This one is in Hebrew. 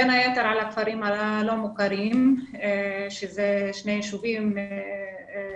בין היתר על הכפרים הלא מוכרים שזה שני ישובים בעיקר,